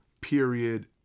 period